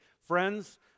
Friends